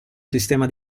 sistema